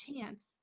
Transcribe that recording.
chance